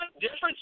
difference